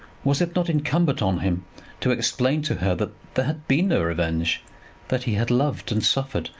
was it not incumbent on him to explain to her that there had been no revenge that he had loved, and suffered,